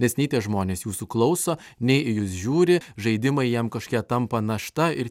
nes nei tie žmonės jūsų klauso nei į jus žiūri žaidimai jiem kažkokie tampa našta ir